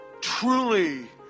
truly